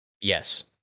Yes